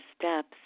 steps